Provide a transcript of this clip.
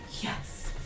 Yes